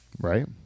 Right